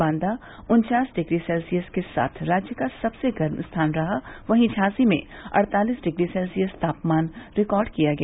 बांदा उन्चास degree Celsius के साथ राज्य का सबसे गर्म स्थान रहा वहीं झांसी में अड़तालीस डिग्री सेल्सियस तापमान रिकार्ड किया गया